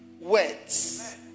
words